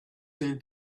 seem